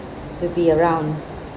to be around